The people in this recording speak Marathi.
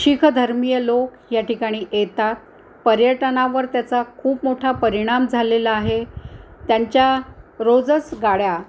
शिख धर्मीय लोक या ठिकाणी येतात पर्यटनावर त्याचा खूप मोठा परिणाम झालेला आहे त्यांच्या रोजच गाड्या